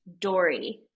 Dory